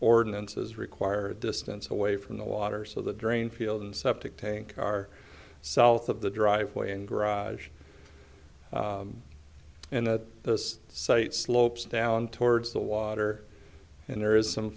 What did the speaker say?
ordinances require distance away from the water so the drain field and septic tank are south of the driveway and garage and that this site slopes down towards the water and there is some